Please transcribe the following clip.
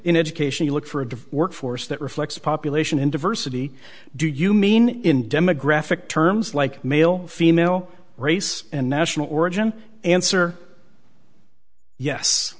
in education you look for a workforce that reflects population in diversity do you mean in demographic terms like male female race and national origin answer yes